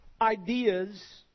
ideas